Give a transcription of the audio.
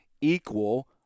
equal